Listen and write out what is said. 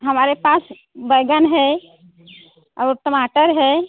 हमारे पास बैंगन है और टमाटर है